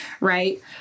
Right